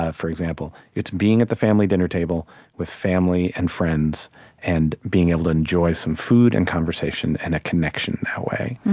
ah for example, it's being at the family dinner table with family and friends and being able to enjoy some food and conversation and a connection that way.